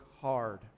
hard